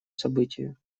событию